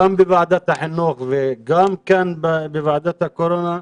גם בוועדת החינוך וגם כאן בוועדת הקורונה,